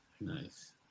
Nice